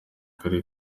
karere